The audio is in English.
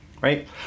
right